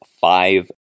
five